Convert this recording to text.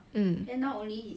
mm